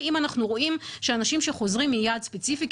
אם אנחנו רואים שאנשים שחוזרים מיעד ספציפי,